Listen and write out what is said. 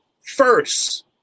first